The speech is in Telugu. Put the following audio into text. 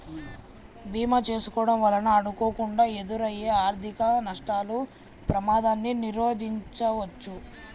భీమా చేసుకోడం వలన అనుకోకుండా ఎదురయ్యే ఆర్థిక నష్టాల ప్రమాదాన్ని నిరోధించవచ్చు